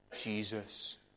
Jesus